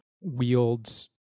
wields